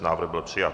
Návrh byl přijat.